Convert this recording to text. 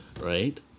right